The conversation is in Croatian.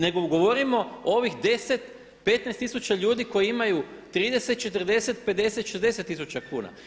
Nego govorimo o ovih 10, 15 tisuća ljudi koji imaju 30, 40, 50, 60 tisuća kuna.